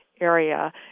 area